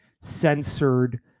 censored